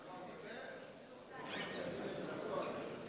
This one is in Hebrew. הוא כבר דיבר.